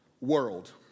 world